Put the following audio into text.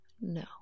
No